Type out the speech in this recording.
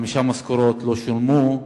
חמש משכורות לא שולמו.